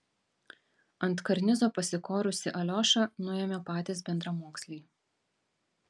ant karnizo pasikorusį aliošą nuėmė patys bendramoksliai